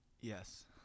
Yes